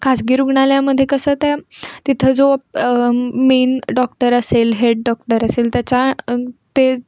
खाजगी रुग्णालयामध्ये कसं त्या तिथं जो मेन डॉक्टर असेल हेड डॉक्टर असेल त्याच्या ते